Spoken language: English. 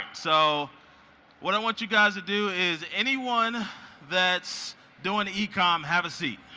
so what i want you guys to do is, anyone that's doing ecom, have a seat.